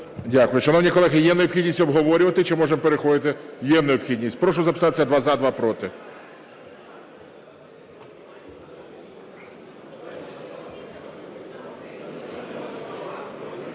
Дякую. Шановні колеги, є необхідність обговорювати чи можемо переходити…? Є необхідність. Прошу записатись: два – за, два – проти.